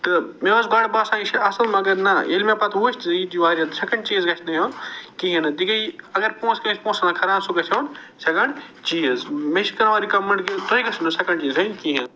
تہٕ مےٚ ٲسۍ گۄڈٕ باسان یہِ چھِ اصٕل مگر نَہ ییٚلہِ مےٚ پتہٕ وُچھ زِ یہِ چھِ واریاہ سیکنٛڈ چیٖز گژھنہٕ ہیوٚن کِہیٖنٛۍ نہٕ تہِ گٔے اگر پۅنٛسہٕ تہِ آسہِ پۅنٛسہٕ آسان کھران سُہ گژھِ ہیوٚن سیکنٛڈ چیٖز مےٚ چھِ کران واریاہ رِکمنٛڈ کہِ تُہۍ گٔژھوٕ نہٕ سیکنٛڈ چیٖز ہیٛنۍ کِہیٖنۍ